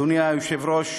אדוני היושב-ראש,